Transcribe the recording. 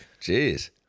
Jeez